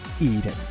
Eden